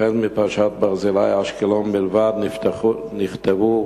החל מפרשת "ברזילי" אשקלון בלבד, שעליה נכתבו